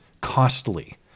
costly